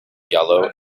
yellow